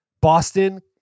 Boston